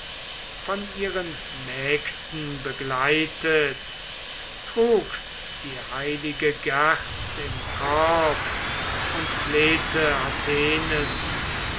von ihren mägden begleitet trug die heilige gerst im korb und flehte